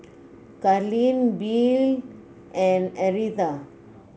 Carleen Billye and Aretha